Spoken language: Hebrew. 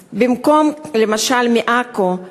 במקום, למשל מעכו,